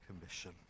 Commission